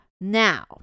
Now